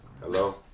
Hello